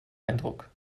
eindruck